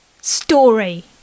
story